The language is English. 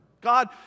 God